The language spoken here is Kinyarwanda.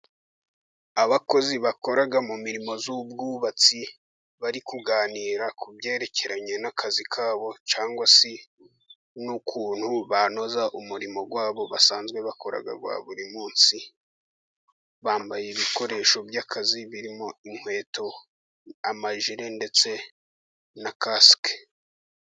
Abakozi bakoraga mu mirimo z'ubwubatsi, bari kuganira ku byerekeranye n'akazi kabo cyangwa se n'ukuntu banoza umurimo wabo basanzwe bakora wa buri munsi, bambaye ibikoresho by'akazi birimo inkweto amajire ndetse na kasike.